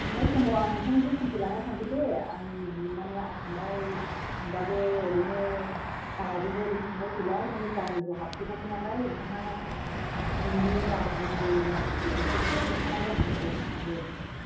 थांनाय समाव आं नोंथांजों कन्टेक्ट लाना थांगोन दे आं माने आसामाव थांबाबो ओरैनो लामाजोंल' ओरैनो थांलाय फैलाय माने गामिबो हाबफेराखै नालाय नोंथाङा नोंनि गामिनि माखासे एड्रेसफोरखौ आंनो हरनो हागोन